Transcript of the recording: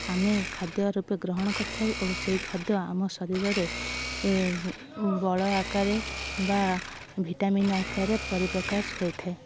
ଆମେ ଖାଦ୍ୟ ରୂପେ ଗ୍ରହଣ କରିଥାଏ ଓ ସେଇ ଖାଦ୍ୟ ଆମ ଶରୀରରେ ବଳ ଆକାରରେ ବା ଭିଟାମିନ୍ ଆକାରରେ ପରିପ୍ରକାଶ ହୋଇଥାଏ